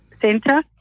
Centre